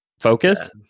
focus